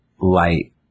light